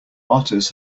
otters